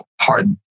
hard